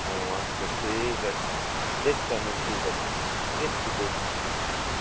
ও আচ্ছা ঠিক আছে দেখছি আমি ঠিক আছে দেখছি দেখছি ঠিক